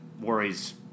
worries